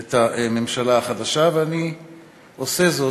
את הממשלה החדשה, ואני עושה זאת.